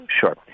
Sure